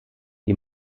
die